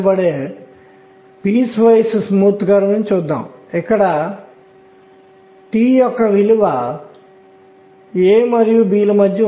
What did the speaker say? కాబట్టి ఇది 4 B అవుతుంది ఉదాహరణకు 3 B 2 B మరియు మొదలైనవి